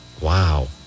Wow